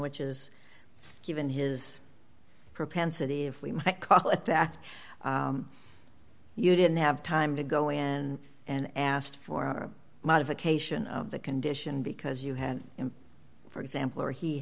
which is given his propensity if we might call it that you didn't have time to go in and asked for a modification of the condition because you had him for example or he